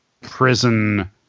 prison